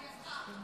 לידיעתך.